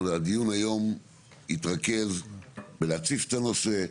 הדיון היום יתרכז בלהציף את הנושא,